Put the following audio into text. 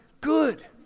Good